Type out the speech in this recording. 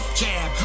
jab